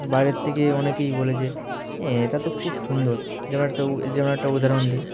বাইরের থেকে অনেকেই বলে যে এটা তো খুব সুন্দর যেমন একটা যেমন একটা উদাহরণ দিই